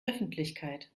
öffentlichkeit